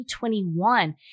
2021